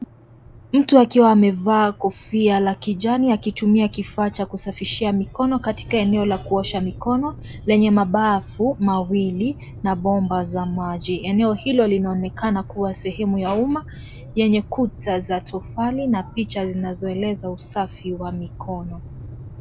Mtu akiwa amevaa kofia la kijani akitumia kifaa cha kusafishia mikono katika eneo la kuosha mikono lenye mabafu mawili na bomba za maji eneo hilo linaonekana kuwa sehemu ya uma yenye kuta za tofali na picha zinazoeleza usafi wa mikono.